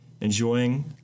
enjoying